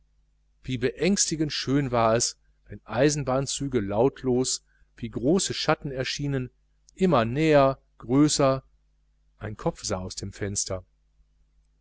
wie beängstigend schön war es wenn eisenbahnzüge lautlos wie große schatten erschienen immer näher größer ein kopf sah aus dem fenster